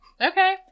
Okay